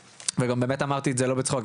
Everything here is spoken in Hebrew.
וגם באמת אמרתי את זה לא בצחוק,